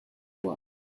world